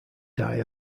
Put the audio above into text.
die